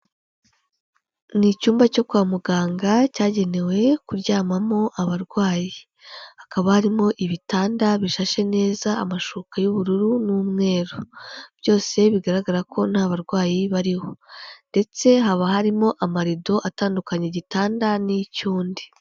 Ni icyumba cyo kwa muganga cyagenewe kuryamamo abarwayi, hakaba harimo ibitanda bishashe neza, amashuka y'ubururu n'umweru, byose bigaragara ko nta barwayi bariho ndetse haba harimo amarido atandukanye igitanda n'icy'undi.